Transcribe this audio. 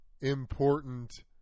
Important